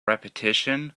repetition